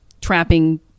trapping